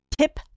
Tip